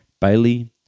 Bailey